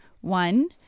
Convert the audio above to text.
One